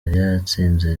yatsinze